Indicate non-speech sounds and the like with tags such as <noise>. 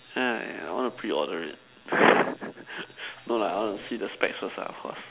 yeah yeah I want to preorder it <laughs> no lah I want to see the spec first ah of course